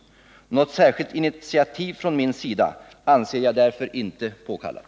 Något särskilt initiativ från min sida anser jag därför inte påkallat.